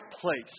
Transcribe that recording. place